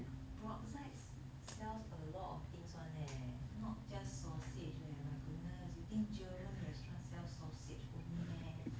Brotzeit sells a lot of things [one] leh not just sausage leh my goodness you think german restaurant sells sausage only meh